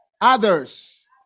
Others